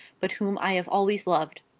but whom i have always loved.